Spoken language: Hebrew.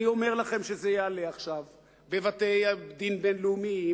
אני אומר לכם שזה יעלה עכשיו בבתי-דין בין-לאומיים,